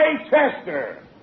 Chester